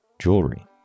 Jewelry